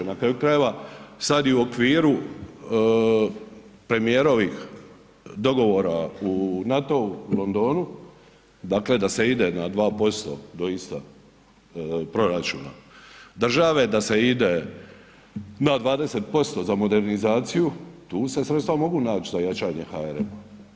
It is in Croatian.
Na kraju krajeva, sad i u okviru premijerovih dogovora u NATO-u u Londonu, dakle da se ide na 2% doista proračuna države, da se ide na 20% za modernizaciju, tu se sredstva mogu naći za jačanje HRM-a.